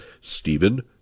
Stephen